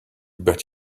bet